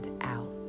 out